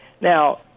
Now